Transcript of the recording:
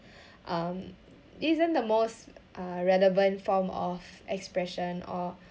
um isn't the most uh relevant form of expression or